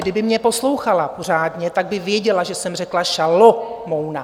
Kdyby mě poslouchala pořádně, tak by věděla, že jsem řekla Šalomouna.